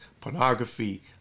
Pornography